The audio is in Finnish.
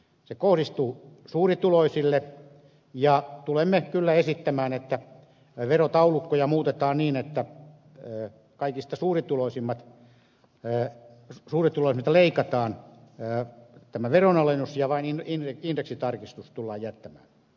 se kohdistuu suurituloisille ja tulemme kyllä esittämään että verotaulukkoja muutetaan niin että kaikista suurituloisimmilta leikataan tämä veronalennus ja vain indeksitarkistus tullaan jättämään